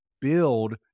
build